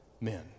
men